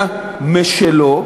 למדינה משלו,